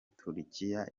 turukiya